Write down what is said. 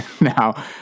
now